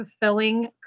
fulfilling